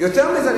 יותר מזה,